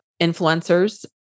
influencers